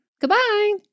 Goodbye